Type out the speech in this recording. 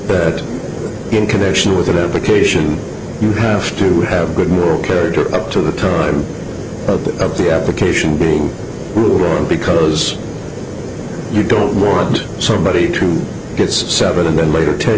that in connection with an application you have to have good moral character up to the time of the of the application being ruled on because you don't want somebody to get seven and then later ten